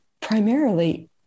primarily